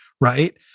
right